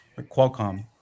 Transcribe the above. Qualcomm